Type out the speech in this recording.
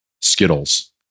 Skittles